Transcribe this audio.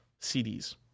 CDs